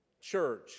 church